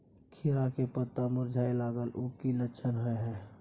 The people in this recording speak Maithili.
खीरा के पत्ता मुरझाय लागल उ कि लक्षण होय छै?